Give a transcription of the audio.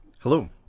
Hello